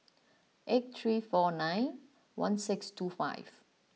eight three four nine one six two five